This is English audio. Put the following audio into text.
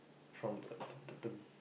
from